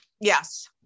Yes